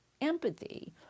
empathy